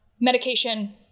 medication